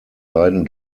beiden